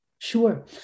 Sure